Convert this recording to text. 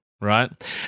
right